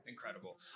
incredible